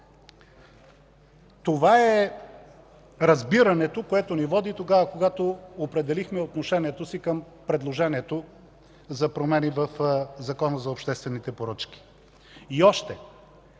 Това е разбирането, което ни води и тогава, когато определихме отношението си към предложението за промени в Закона за обществените поръчки. И още,